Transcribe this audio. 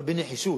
אבל בנחישות.